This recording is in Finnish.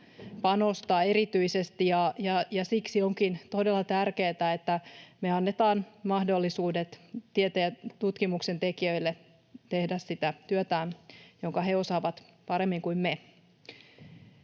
panostaa erityisesti. Siksi onkin todella tärkeätä, että me annetaan mahdollisuudet tieteen ja tutkimuksen tekijöille tehdä sitä työtään, jonka he osaavat paremmin kuin me.